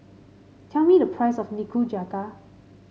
tell me the price of Nikujaga